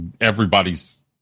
everybody's